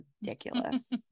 ridiculous